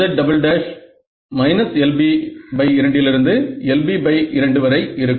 z" LB2லிருந்து LB2 வரை இருக்கும்